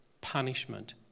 punishment